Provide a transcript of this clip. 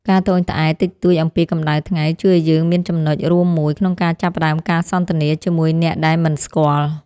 ការត្អូញត្អែរតិចតួចអំពីកម្ដៅថ្ងៃជួយឱ្យយើងមានចំណុចរួមមួយក្នុងការចាប់ផ្តើមការសន្ទនាជាមួយអ្នកដែលមិនស្គាល់។